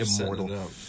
immortal